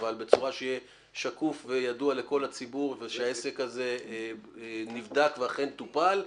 אבל בצורה שיהיה שקוף וידוע לכל הציבור ושהעסק הזה נבדק ואכן טופל,